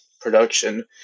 production